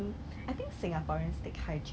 it's a heart shape biscuit